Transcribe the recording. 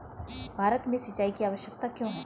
भारत में सिंचाई की आवश्यकता क्यों है?